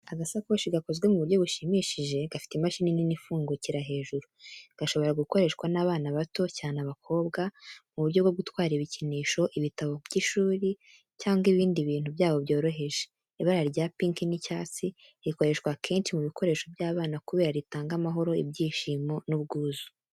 Agasakoshi gakozwe mu buryo bushimishije, gafite imashini nini ifungukira hejuru. Gashobora gukoreshwa n’abana bato cyane abakobwa mu buryo bwo gutwara ibikinisho, ibitabo by’ishuri, cyangwa ibindi bintu byabo byoroheje. Ibara rya pink n’icyatsi rikoreshwa kenshi mu bikoresho by’abana kubera ko ritanga amahoro, ibyishimo, n’ubwuzu.